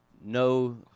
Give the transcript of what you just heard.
no